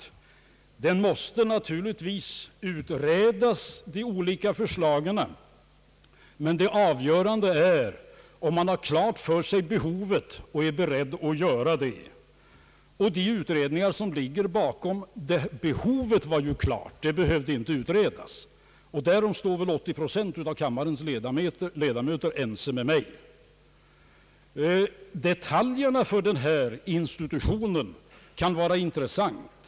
De olika förslagen måste naturligtvis utredas, men det avgörande är om man har behovet klart för sig och är beredd att uppfylla det. I den fråga det här gäller var ju behovet klart. Det behöver inte utredas. Därom är väl 80 procent av kammarens ledamöter ense med mig. Detaljerna i denna institution kan vara intressanta.